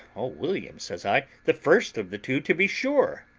o william, says i, the first of the two, to be sure.